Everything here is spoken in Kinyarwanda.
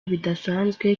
bidasanzwe